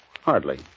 Hardly